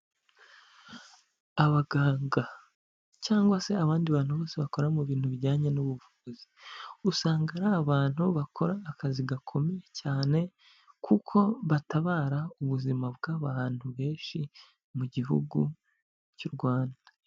Abaganga cyangwa se abandi bantu bose bakora mu bintu bijyanye n'ubuvuzi, usanga ari abantu bakora akazi gakomeye cyane, kuko batabara ubuzima bw'abantu benshi mu gihugu cy'u Rwanda.